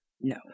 No